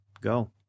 go